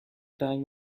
time